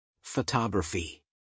Photography